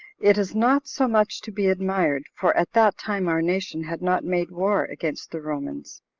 it is not so much to be admired, for at that time our nation had not made war against the romans.